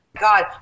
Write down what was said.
God